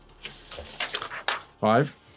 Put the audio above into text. Five